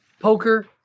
Poker